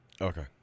Okay